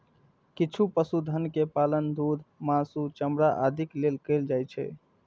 किछु पशुधन के पालन दूध, मासु, चमड़ा आदिक लेल कैल जाइ छै